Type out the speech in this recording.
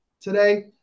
today